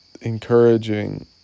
encouraging